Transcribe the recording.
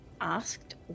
asked